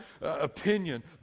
opinion